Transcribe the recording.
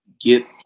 get